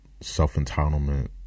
self-entitlement